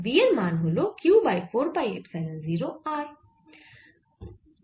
v এর মান হল Q by 4 pi epsilon 0 r